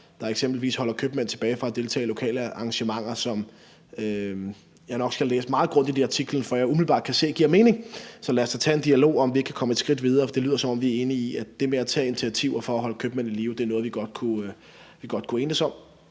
på regler, der holder købmænd tilbage fra at deltage i lokale arrangementer, altså regler, som jeg nok skal læse artiklen meget grundigt for at se umiddelbart giver mening. Så lad os da tage en dialog om, om vi ikke kan komme et skridt videre, for det lyder, som om vi er enige om, at det med at tage initiativer for at holde købmænd i live er noget, vi godt kunne enes om.